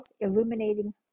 illuminating